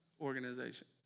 organization